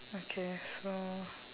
okay so